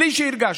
בלי שהרגשנו.